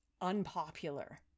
unpopular